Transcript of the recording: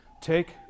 take